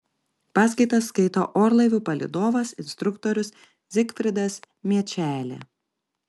paskaitas skaito orlaivių palydovas instruktorius zigfridas miečelė